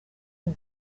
ubu